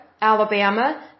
Alabama